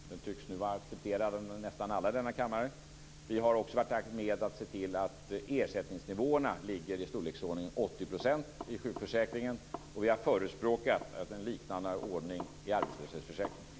Den tycks nu vara accepterad av nästan alla i kammaren. Vi har varit med om att se till att ersättningsnivåerna ligger i storleksordningen 80 % i sjukförsäkringen. Vi har förespråkat en liknande ordning i arbetslöshetsförsäkringen.